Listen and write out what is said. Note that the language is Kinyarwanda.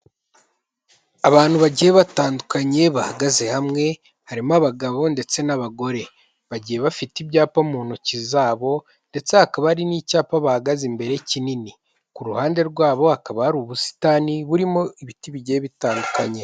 Abantu bagiye batandukanye bahagaze hamwe harimo abagabo ndetse n'abagore, bagiye bafite ibyapa mu ntoki zabo ndetse hakaba hari n'icyapa bahagaze imbere kinini, ku ruhande rwabo hakaba hari ubusitani burimo ibiti bigiye bitandukanye.